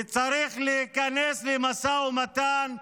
וצריך להיכנס למשא ומתן,